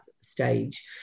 stage